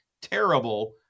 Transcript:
terrible